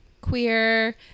queer